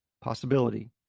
possibility